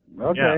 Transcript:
Okay